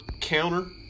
counter